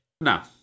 No